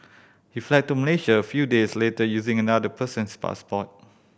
he fled to Malaysia a few days later using another person's passport